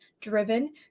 driven